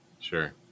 Sure